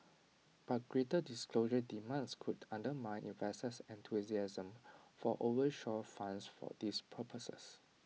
but greater disclosure demands could undermine enthusiasm for offshore funds for these purposes